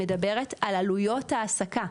מדברת על עלויות העסקה,